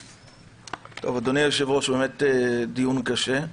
אדוני היושב ראש, באמת דיון קשה.